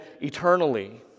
eternally